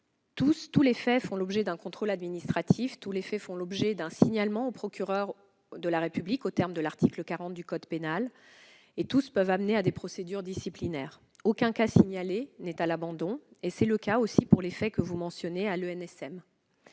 Tous les faits font l'objet d'un contrôle administratif. Tous les faits font l'objet d'un signalement au procureur de la République aux termes de l'article 40 du code de procédure pénale et tous peuvent amener à des procédures disciplinaires. Aucun cas signalé n'est à l'abandon, cela vaut aussi pour les faits que vous mentionnez à l'École